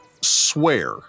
swear